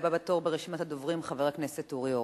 והבא בתור ברשימת הדוברים, חבר הכנסת אורי אורבך.